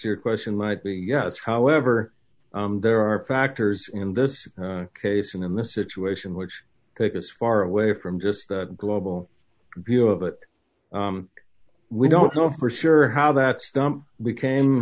your question might be yes however there are factors in this case and in this situation which take as far away from just the global view of it we don't know for sure how that stump became